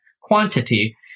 quantity